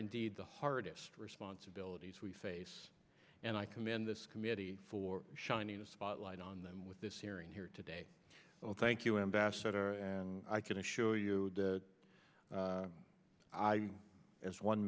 indeed the hardest responsibilities we face and i commend this committee for shining a spotlight on them with this hearing here today thank you ambassador and i can assure you that as one